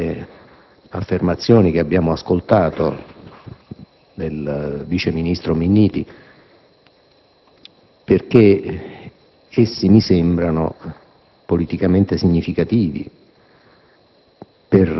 delle affermazioni che abbiamo appena ascoltato da parte del vice ministro Minniti, perché mi sembrano politicamente significativi